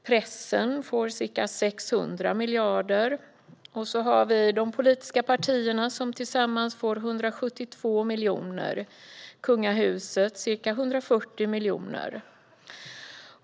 Pressen får ca 600 miljoner, och de politiska partierna får tillsammans 172 miljoner. Kungahuset får ca 140 miljoner.